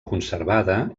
conservada